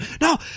no